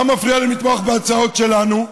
מה מפריע להם לתמוך בהצעות שלנו?